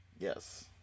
Yes